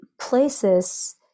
places